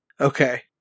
Okay